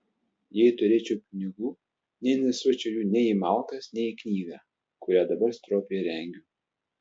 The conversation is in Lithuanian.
jei turėčiau pinigų neinvestuočiau jų nei į malkas nei į knygą kurią dabar stropiai rengiu